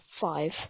five